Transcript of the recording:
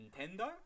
Nintendo